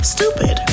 Stupid